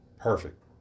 Perfect